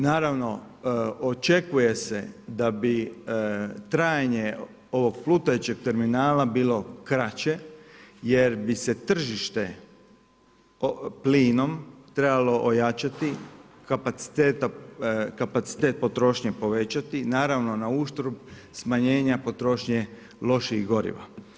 Naravno očekuje se da bi trajanje ovog plutajućeg terminala bilo kraće jer bi se tržište plinom trebalo ojačati, kapacitet potrošnje povećati naravno na uštrb smanjenja potrošnje loših goriva.